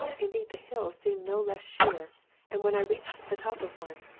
indeed the hills seemed no less sheer and when i reached the top of one,